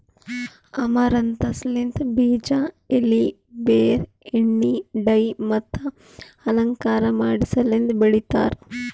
amaranthus ಲಿಂತ್ ಬೀಜ, ಎಲಿ, ಬೇರ್, ಎಣ್ಣಿ, ಡೈ ಮತ್ತ ಅಲಂಕಾರ ಮಾಡಸಲೆಂದ್ ಬೆಳಿತಾರ್